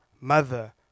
mother